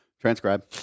Transcribe